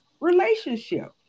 relationship